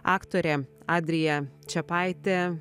aktorė adrija čepaitė